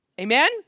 Amen